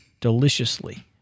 Deliciously